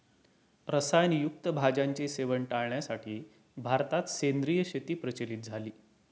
रसायन युक्त भाज्यांचे सेवन टाळण्यासाठी भारतात सेंद्रिय शेती प्रचलित झाली